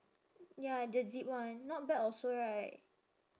ya the zip one not bad also right